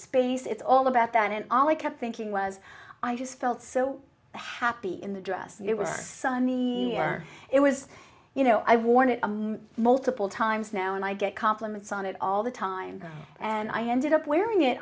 space it's all about that and all i kept thinking was i just felt so happy in the dress it was sunny or it was you know i worn it multiple times now and i get compliments on it all the time and i ended up wearing it